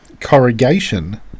corrugation